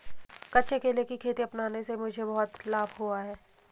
कच्चे केले की खेती अपनाने से मुझे बहुत लाभ हुआ है